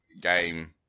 game